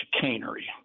chicanery